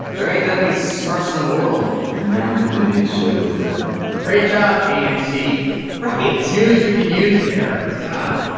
there ain't that many smurfs in the world we're not going to need pseudoephedrine great job, amc right? yeah, news you can use there. god.